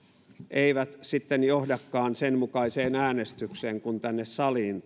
eivät sitten johdakaan sen mukaiseen äänestykseen kun tänne saliin